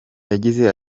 yagize